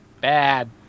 Bad